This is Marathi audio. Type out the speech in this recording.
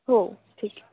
हो ठीक आहे